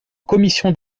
commission